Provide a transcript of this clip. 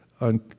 on